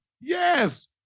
Yes